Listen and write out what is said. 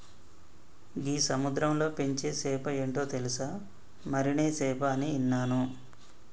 గీ సముద్రంలో పెంచే సేప ఏంటో తెలుసా, మరినే సేప అని ఇన్నాను